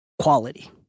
quality